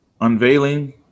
unveiling